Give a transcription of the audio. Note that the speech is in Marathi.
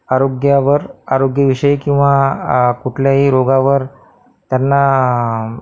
आरोग्यावर आरोग्यविषयी किंवा कुठल्याही रोगावर त्यांना